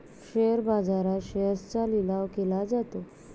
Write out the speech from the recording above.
share बाजारात शेअर्सचा लिलाव केला जातो